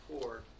poor